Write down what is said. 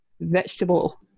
vegetable